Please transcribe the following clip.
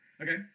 Okay